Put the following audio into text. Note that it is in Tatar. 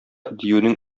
диюнең